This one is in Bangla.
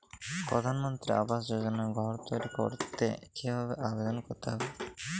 প্রধানমন্ত্রী আবাস যোজনায় ঘর তৈরি করতে কিভাবে আবেদন করতে হবে?